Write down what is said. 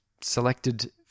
selected